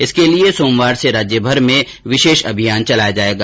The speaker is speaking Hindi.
इसके लिये सोमवार से राज्यभर में विशेष अभियान चलाया जायेगा